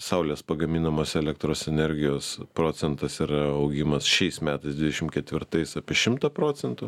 saulės pagaminamos elektros energijos procentas yra augimas šiais metais dvidešim ketvirtais apie šimtą procentų